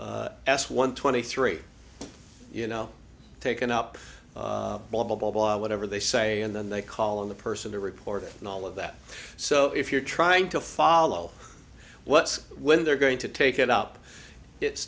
we're s one twenty three you know taken up blah blah blah blah whatever they say and then they call in the person to report it and all of that so if you're trying to follow what's when they're going to take it up it's